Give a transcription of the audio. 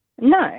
No